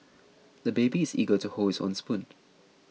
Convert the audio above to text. the baby is eager to hold his own spoon